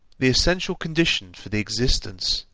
the essential condition for the existence,